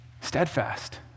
steadfast